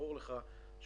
ברור לך שהבנק,